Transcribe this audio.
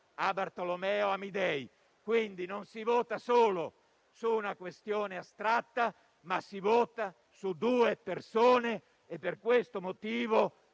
a Bartolomeo Amidei. Non si vota quindi solo su una questione astratta, ma si vota su due persone e per questo motivo